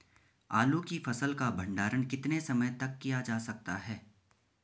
आलू की फसल का भंडारण कितने समय तक किया जा सकता है?